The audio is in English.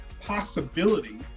possibility